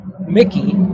Mickey